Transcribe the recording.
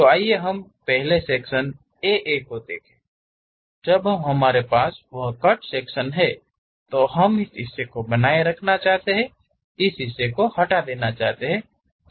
तो आइए हम पहले सेक्शन A A को देखें जब हमारे पास वह कट सेक्शन हो तो हम इस हिस्से को बनाए रखना चाहते हैं इस हिस्से को हटा दें